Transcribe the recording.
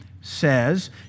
says